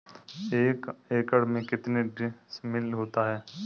एक एकड़ में कितने डिसमिल होता है?